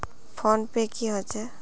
Phone पै की होचे?